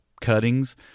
cuttings